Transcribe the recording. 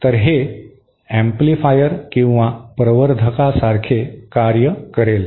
तर हे एम्पलीफायर किंवा प्रवर्धकसारखे कार्य करेल